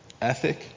ethic